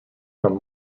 from